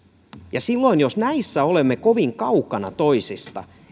silloin jos näissä olemme kovin kaukana toisista